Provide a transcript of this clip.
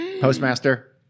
Postmaster